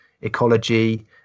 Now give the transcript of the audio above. ecology